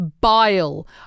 bile